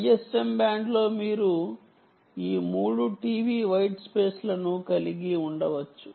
ISM బ్యాండ్లో మీరు ఈ 3 టీవీ వైట్ స్పేస్లను కలిగి ఉండవచ్చు